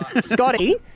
Scotty